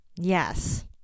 Yes